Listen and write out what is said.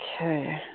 Okay